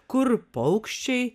kur paukščiai